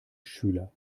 schüler